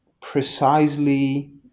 precisely